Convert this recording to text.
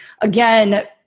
again